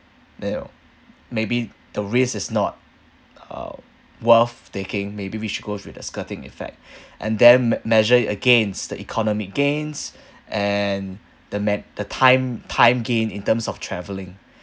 meiyou maybe the risk is not uh worth taking maybe we should go with the skirting effect and then mea~ measure it against the economic gains and the man~ the time time gained in terms of travelling